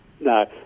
No